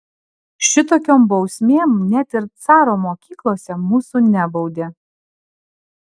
šitokiom bausmėm net ir caro mokyklose mūsų nebaudė